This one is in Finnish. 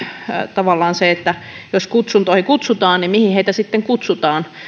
tavallaan jos kutsuntoihin kutsutaan niin mihin sitten kutsutaan